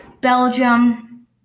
Belgium